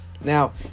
Now